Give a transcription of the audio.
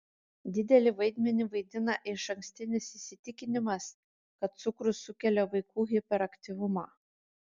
didelį vaidmenį vaidina išankstinis įsitikinimas kad cukrus sukelia vaikų hiperaktyvumą